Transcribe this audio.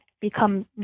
become